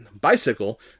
bicycle